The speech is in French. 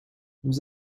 nous